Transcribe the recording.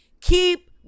keep